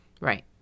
Right